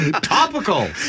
Topical